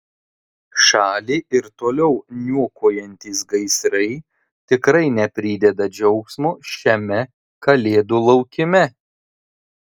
šalį ir toliau niokojantys gaisrai tikrai neprideda džiaugsmo šiame kalėdų laukime